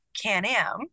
Can-Am